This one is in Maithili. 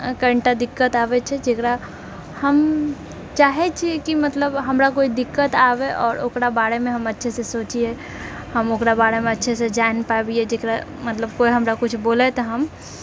कनिटा दिक्कत आबैत छै जेकरा हम चाहैत छियै कि मतलब हमरा कोइ दिक्कत आबय आओर ओकरा बारेमऽ अच्छेसँ सोचियै हम ओकरा बारे मऽ अच्छेसे जानि पाबियै जेकरा मतलब कोइ हमरा कुछ बोलय तऽ हम